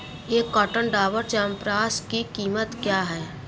एक कार्टन डाबर च्यवनप्राश की क़ीमत क्या है